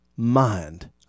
Mind